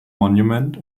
monument